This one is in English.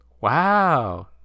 wow